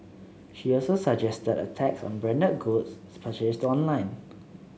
she also suggested a tax on branded goods purchased online